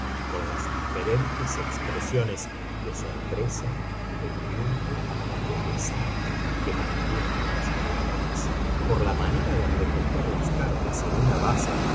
con las diferentes expresiones de sorpresa de triunfo y de pesar que manifiestan los jugadores por la manera de recoger las cartas en una baza